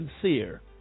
sincere